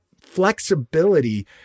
flexibility